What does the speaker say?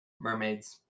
Mermaids